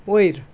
वयर